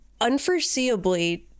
unforeseeably